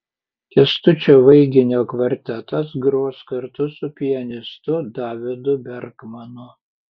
kęstučio vaiginio kvartetas gros kartu su pianistu davidu berkmanu